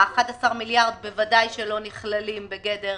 ה-11 מיליארד שקל בוודאי לא נכללים בגדר